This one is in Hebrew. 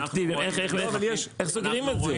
אקטיביים איך סוגרים את זה.